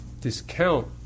discount